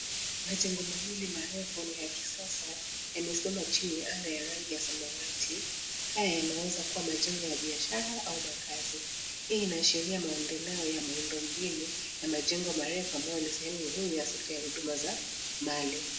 Majengo mawili marefu na ya kisasa yamesimama chini ya anga ya rangi ya samawati. Haya yanaweza kuwa majengo ya biashara au makazi. Hii inaashiria maendeleo ya miundo mbinu ya majengo marefu ambayo ni sehemu muhimu ya sekta ya huduma za mali.